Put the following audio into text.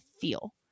feel